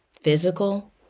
physical